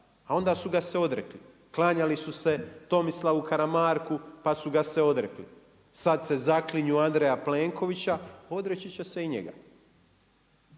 a onda su ga se odrekli. Klanjali su se Tomislavu Karamarku pa su ga se odrekli. Sada se zaklinju u Andreja Plenkovića odreći će se i njega.